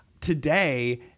today